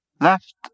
left